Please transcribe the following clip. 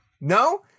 No